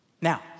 Now